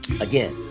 again